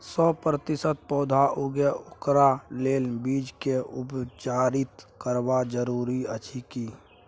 सौ प्रतिसत पौधा उगे ओकरा लेल बीज के उपचारित करबा जरूरी अछि की?